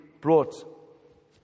brought